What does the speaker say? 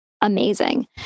amazing